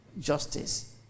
justice